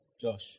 Josh